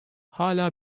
hala